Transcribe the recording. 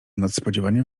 nadspodziewanie